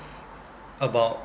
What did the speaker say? about